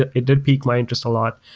it it did piqued my interest a lot.